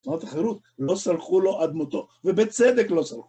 תנועות החירות? לא סלחו לו עד מותו, ובצדק לא סלחו.